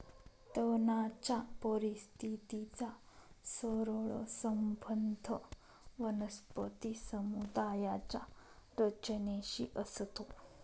तणाच्या परिस्थितीचा सरळ संबंध वनस्पती समुदायाच्या रचनेशी असतो